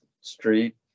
Street